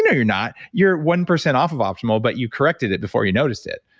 you know you're not. you're one percent off of optimal, but you corrected it before you noticed it.